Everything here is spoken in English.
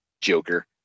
Joker